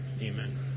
Amen